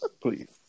please